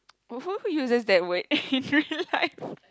who who uses that word in real life